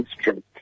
strength